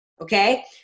Okay